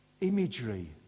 imagery